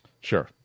Sure